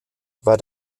war